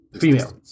Female